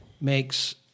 makes